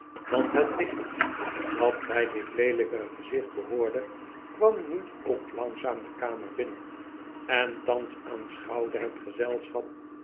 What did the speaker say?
want het lichaam dat bij dit leelijke gezicht behoorde kwam nu ook langzaam de kamer binnen en thans aanschouwde het gezelschap